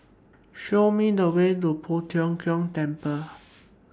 Show Me The Way to Poh Tiong Kiong Temple